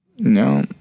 No